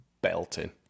belting